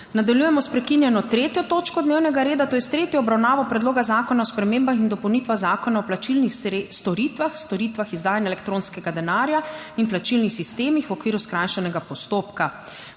Nadaljujemo s prekinjeno 3. točko dnevnega reda, to je s tretjo obravnavo Predloga zakona o spremembah in dopolnitvah Zakona o plačilnih storitvah, storitvah izdajanja elektronskega denarja in plačilnih sistemih v okviru skrajšanega postopka.